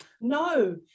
No